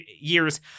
years